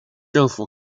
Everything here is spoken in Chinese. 政府